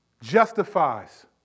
justifies